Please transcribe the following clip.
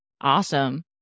Awesome